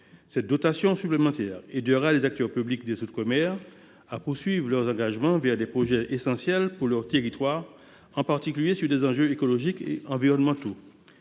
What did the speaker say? Cette dotation supplémentaire aidera les acteurs publics des outre mer à poursuivre leurs engagements en faveur des projets essentiels pour leurs territoires, en particulier pour les enjeux écologiques et environnementaux.